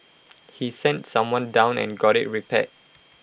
he sent someone down and got IT repaired